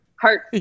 Heart